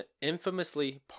infamously